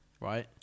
Right